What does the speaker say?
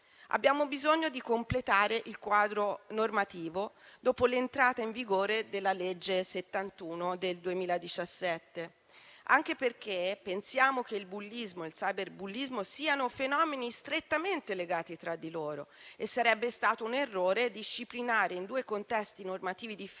Abbiamo bisogno di completare il quadro normativo dopo l'entrata in vigore della legge n. 71 del 2017, anche perché pensiamo che il bullismo e il cyberbullismo siano fenomeni strettamente legati tra di loro, e sarebbe stato un errore disciplinare in due contesti normativi differenti